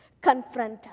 confront